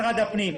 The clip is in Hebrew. משרד הפנים,